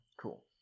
Cool